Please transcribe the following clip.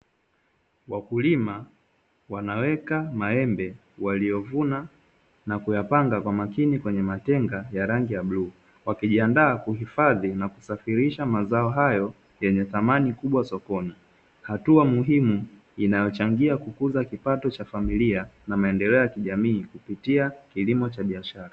Wakulima wanaweka maembe waliyo vuna na kuyapanga kwa makini kwenye matenga ya rangi ya bluu, wakijiandaa kuhifadhi na kusafirisha mazao hayo yenye thamani kubwa sokoni, hatua muhimu inayo changia kukuza kipato cha familia, na maendeleo ya kijamii kupitia kilimo cha biashara.